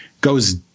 goes